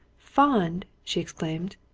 fond! she exclaimed.